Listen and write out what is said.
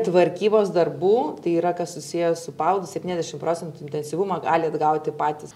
tvarkybos darbų tai yra kas susiję su paveldu septyniasdešim procentų intensyvumo gali atgauti patys